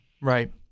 Right